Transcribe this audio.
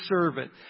servant